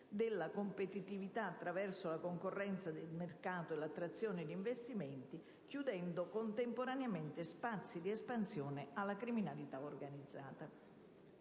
della competitività, attraverso la concorrenza di mercato e l'attrazione di investimenti, chiudendo contemporaneamente spazi di espansione alla criminalità organizzata.